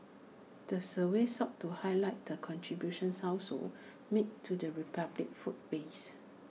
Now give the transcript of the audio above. the survey sought to highlight the contribution households make to the republic's food waste